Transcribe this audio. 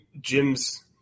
Jim's